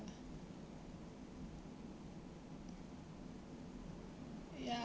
ya